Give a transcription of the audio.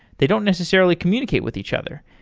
they don't necessarily communicate with each other.